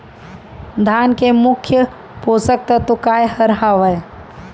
धान के मुख्य पोसक तत्व काय हर हावे?